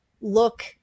look